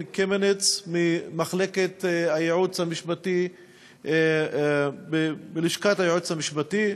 קמיניץ ממחלקת הייעוץ המשפטי בלשכת היועץ המשפטי.